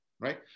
right